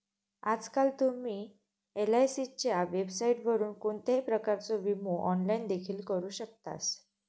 आजकाल तुम्ही एलआयसीच्या वेबसाइटवरून कोणत्याही प्रकारचो विमो ऑनलाइन देखील करू शकतास